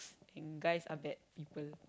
and guys are bad people